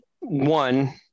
one